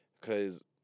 Cause